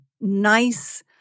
nice